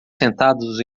sentados